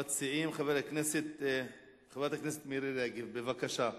ראשונת המציעים, חברת הכנסת מירי רגב, בבקשה.